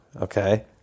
Okay